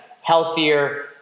healthier